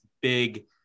big